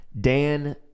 dan